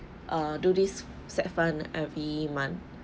err do this said fund every month